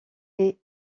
est